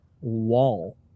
wall